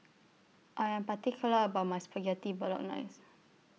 I Am particular about My Spaghetti Bolognese